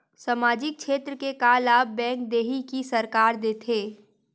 सामाजिक क्षेत्र के लाभ बैंक देही कि सरकार देथे?